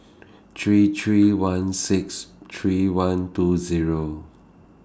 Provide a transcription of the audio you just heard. three three one six three one two Zero